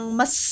mas